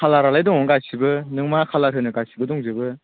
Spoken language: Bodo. खालारालाय दं गासिबो नों मा कालार होनो गासिबो दंजोबो